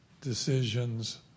decisions